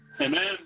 Amen